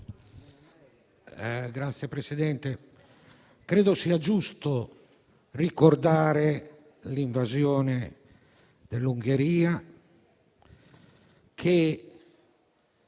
Signor Presidente, credo sia giusto ricordare l'invasione dell'Ungheria, che